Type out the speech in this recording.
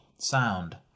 sound